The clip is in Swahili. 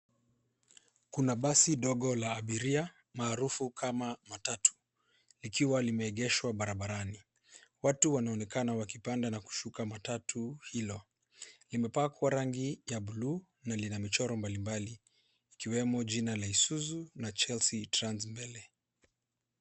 Kuna basi dogo la abiria maarufu kama matatu likiwa limeegeshwa barabarani. Watu wanaonekana wakipanda na kushuka matatu hilo. Limepakwa rangi ya buluu na lina michoro mbalimbali ikiwemo jina la Isuzu na Chelsea Trans mbele.